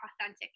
authentic